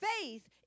faith